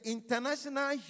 International